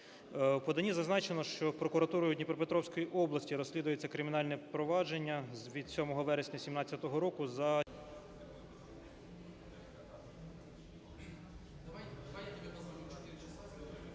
поданні зазначено до прокуратурою Дніпропетровської області розслідується кримінальне провадження від 7 вересня 17-го року